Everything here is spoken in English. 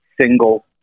single